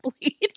bleed